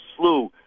slew